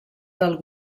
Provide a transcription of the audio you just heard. del